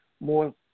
more